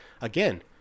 again